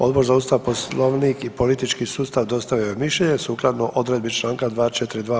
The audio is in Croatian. Odbor za Ustav, Poslovnik i politički sustav dostavio je mišljenje sukladno Odredbi članka 242.